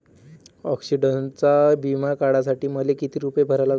ॲक्सिडंटचा बिमा काढा साठी मले किती रूपे भरा लागन?